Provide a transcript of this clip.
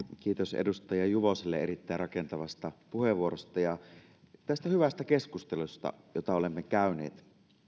kiitos edustaja juvoselle erittäin rakentavasta puheenvuorosta ja tästä hyvästä keskustelusta jota olemme käyneet